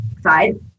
side